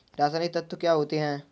रसायनिक तत्व क्या होते हैं?